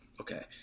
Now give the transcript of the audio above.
okay